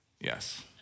yes